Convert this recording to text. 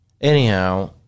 anyhow